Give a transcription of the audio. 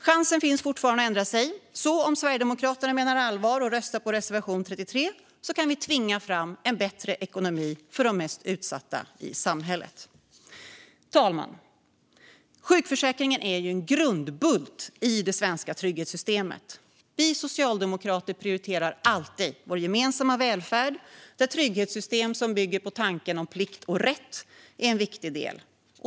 Chansen finns fortfarande att ändra sig. Om Sverigedemokraterna menar allvar och röstar på reservation 33 kan vi tvinga fram en bättre ekonomi för de mest utsatta i samhället. Herr talman! Sjukförsäkringen är en grundbult i det svenska trygghetssystemet. Vi socialdemokrater prioriterar alltid vår gemensamma välfärd, där trygghetssystem som bygger på tanken om plikt och rätt är en viktig del.